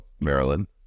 maryland